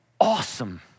awesome